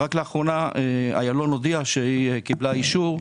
רק לאחרונה איילון הודיעה שהיא קיבלה אישור.